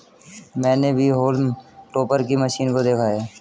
मैंने भी haulm topper की मशीन को देखा है